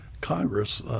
Congress